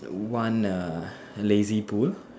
want a lazy pool